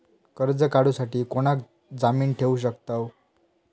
कर्ज काढूसाठी कोणाक जामीन ठेवू शकतव?